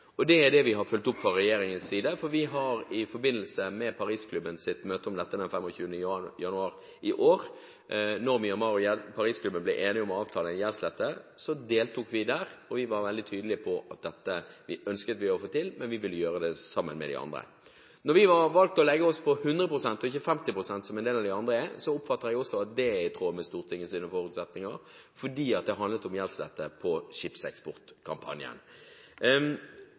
gjeldsslette til Myanmar, er vi også med på det. Det er det vi har fulgt opp fra regjeringens side. I forbindelse med Parisklubbens møte om dette den 25. januar i år, da Myanmar og Parisklubben ble enige om å avtale en gjeldsslette, deltok vi og var veldig tydelige på at dette ønsket vi å få til, men vi ville gjøre det sammen med de andre. Når vi har valgt å legge oss på 100 pst. – og ikke 50 pst. som en del av de andre – oppfatter jeg også at det er i tråd med Stortingets forutsetninger, fordi det handlet om gjeldsslette som på skipseksportkampanjen.